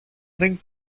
δεν